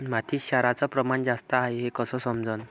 मातीत क्षाराचं प्रमान जास्त हाये हे कस समजन?